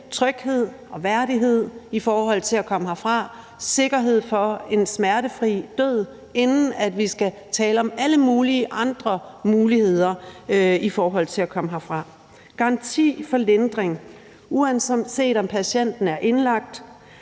tryghed og værdighed i forhold til at komme herfra, sikkerhed for en smertefri død, inden vi skal tale om alle andre muligheder i forhold til at komme herfra, altså en garanti for lindring. Uanset om patienten er indlagt